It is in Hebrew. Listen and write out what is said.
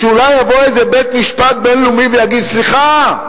שאולי יבוא בית-משפט בין-לאומי ויגיד, סליחה,